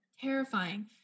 Terrifying